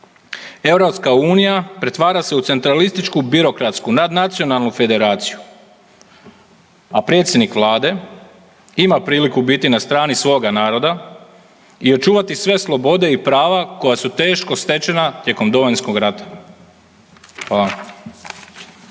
naroda. EU pretvara se u centralističku birokratsku nadnacionalnu federaciju, a predsjednik Vlade ima priliku biti na strani svoga naroda i očuvati sve slobode i prava koja su teško stečena tijekom Domovinskog rata.